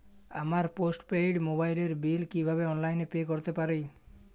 আমার post paid মোবাইলের bill কীভাবে অনলাইনে পে করতে পারি?